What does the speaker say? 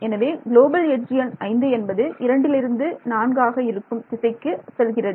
எனவே global edge எண் ஐந்து என்பது 2 லிருந்து 4 இருக்கும் திசைக்கு செல்கிறது